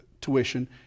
tuition